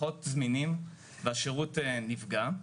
פחות זמינים והשירות נפגע,